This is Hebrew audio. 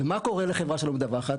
ומה קורה לחברה שלא מדווחת?